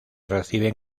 reciben